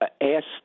asked